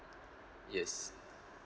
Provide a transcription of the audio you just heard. yes